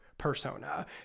persona